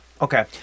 Okay